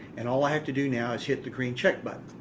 and all i have to do now is hit the green check but